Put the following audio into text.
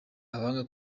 abanga